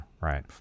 Right